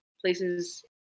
places